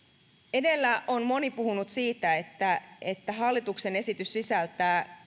edellä on moni puhunut siitä että että hallituksen esitys sisältää